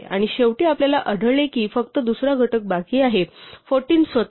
आणि शेवटी आपल्याला आढळले की फक्त दुसरा घटक बाकी आहे 14 स्वतः आहे